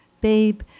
babe